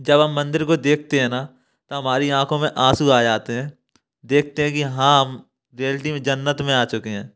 जब हम मंदिर को देखते हैं ना तो हमारी आंखों में आंसू आ जाते हैं देखते हैं कि हाँ रियलिटी में जन्नत में आ चुके हैं